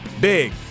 big